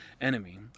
enemy